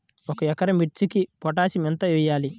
ఒక ఎకరా మిర్చీకి పొటాషియం ఎంత వెయ్యాలి?